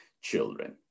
children